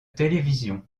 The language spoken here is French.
télévision